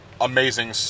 Amazing